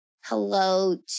hello